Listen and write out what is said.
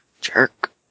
Jerk